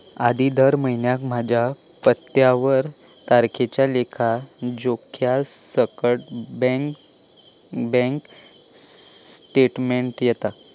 आधी दर महिन्याक माझ्या पत्त्यावर तारखेच्या लेखा जोख्यासकट बॅन्क स्टेटमेंट येता